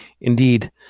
Indeed